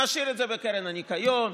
נשאיר את זה בקרן הניקיון,